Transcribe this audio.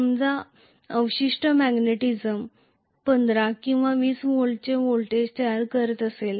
समजा अवशिष्ट चुंबकत्व 15 किंवा 20 व्होल्टची व्होल्टेज तयार करीत आहे